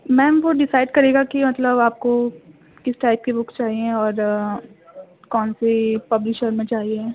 میم وہ ڈیسائڈ کرے گا کہ مطلب آپ کو کس ٹائپ کی بکس چاہئیں اور کون سی پبلیشر میں چاہیے